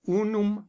unum